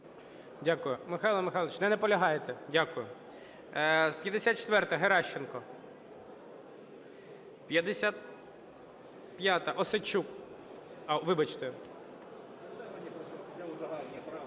Дякую. Михайле Михайловичу, не наполягаєте? Дякую. 54-а, Геращенко. 55-а, Осадчук. Вибачте.